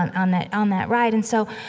on on that on that ride. and so,